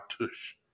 tush